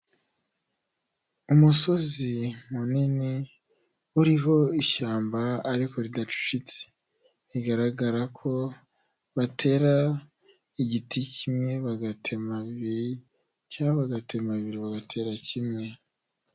Umusozi munini uriho ishyamba ariko ridacucitse bigaragara ko batera igiti kimwe bagatema bibiri cyangwa bagatema bibiri bagatera kimwe.